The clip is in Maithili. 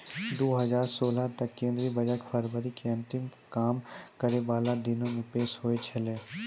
दु हजार सोलह तक केंद्रीय बजट फरवरी के अंतिम काम करै बाला दिनो मे पेश होय छलै